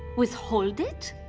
withhold it?